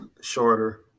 shorter